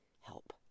help